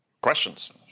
Questions